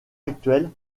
actuelle